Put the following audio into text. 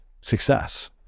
success